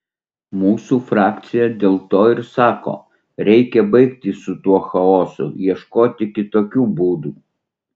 mūsų frakcija dėl to ir sako reikia baigti su tuo chaosu ieškoti kitokių būdų